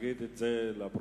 נגיד את זה לפרוטוקול.